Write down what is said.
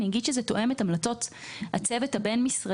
אני אגיד שזה תואם את המלצות הצוות הבין-משרדי,